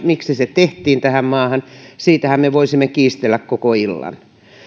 miksi se tehtiin tähän maahan siitähän me voisimme kiistellä koko illan